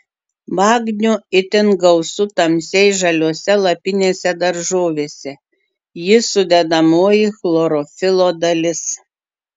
magnio itin gausu tamsiai žaliose lapinėse daržovėse jis sudedamoji chlorofilo dalis